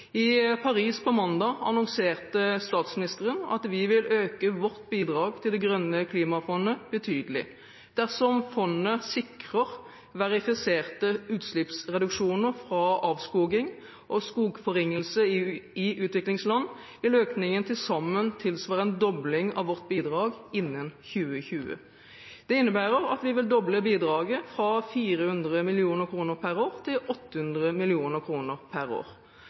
I Paris på mandag annonserte statsministeren at vi vil øke vårt bidrag til Det grønne klimafondet betydelig. Dersom fondet sikrer verifiserte utslippsreduksjoner fra avskoging og skogforringelse i utviklingsland, vil økningen til sammen tilsvare en dobling av vårt bidrag innen 2020. Det innebærer at vi vil doble bidraget fra 400 mill. kr per år til 800 mill. kr per år.